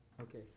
Okay